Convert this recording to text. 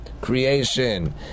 creation